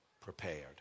prepared